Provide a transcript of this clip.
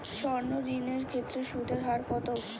সর্ণ ঋণ এর ক্ষেত্রে সুদ এর হার কত?